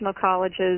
colleges